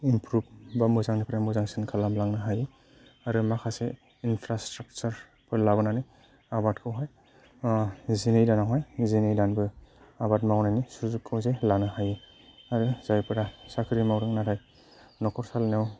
improve बा मोजांनिफ्राय मोजांसिन खालामलांनो हायो आरो माखासे इन्फ्रास्ट्राक्चारफोर लाबोनानै आबादखौहाय जे निदानावहाय जिनै दानबो आबाद मावनायनि सुजुगखौ जों लानो हायो आरो जायफोरा साख्रि मावानो रोङाखै न'खर सालायनायाव